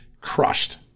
crushed